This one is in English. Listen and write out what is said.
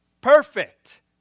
perfect